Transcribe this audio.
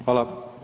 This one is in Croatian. Hvala.